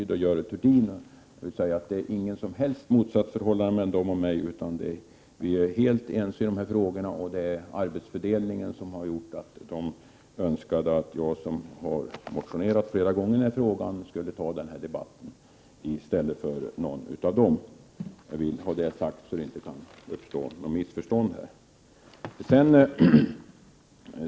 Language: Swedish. Det finns inget som helst motsatsförhållande mellan dem och mig, utan vi är helt ense. Det är arbetsfördelningen som gjort att de önskade att jag, som har motionerat flera gånger i den här frågan, skulle ta debatten i stället för någon av dem. Jag vill ha detta sagt så att det inte kan uppstå något missförstånd härvidlag.